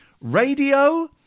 Radio